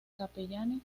capellanes